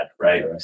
right